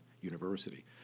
University